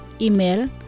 Email